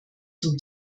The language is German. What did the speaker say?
zum